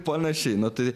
panašiai na tai